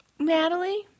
Natalie